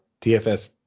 DFS